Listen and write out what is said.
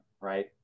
right